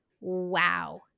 Wow